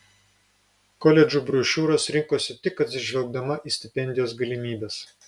koledžų brošiūras rinkosi tik atsižvelgdama į stipendijos galimybes